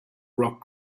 rock